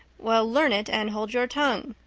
well, learn it and hold your tongue,